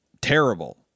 terrible